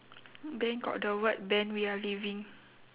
then got the word ben we are leaving